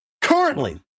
Currently